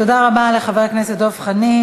תודה רבה לחבר הכנסת דב חנין.